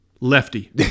Lefty